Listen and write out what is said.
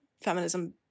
feminism